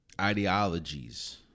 ideologies